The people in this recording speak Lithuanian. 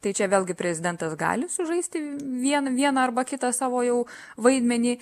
tai čia vėlgi prezidentas gali sužaisti vien vieną arba kitą savo jau vaidmenį